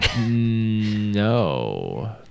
No